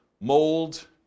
mold